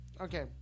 Okay